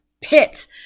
pit